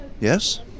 Yes